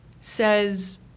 says